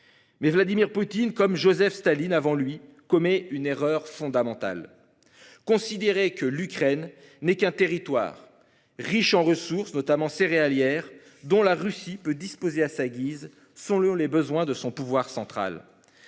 Mais Vladimir Poutine comme Joseph Staline avant lui commet une erreur fondamentale. Considérer que l'Ukraine n'est qu'un territoire riche en ressources, notamment céréalière, dont la Russie peut disposer à sa guise sont les besoins de son pouvoir central.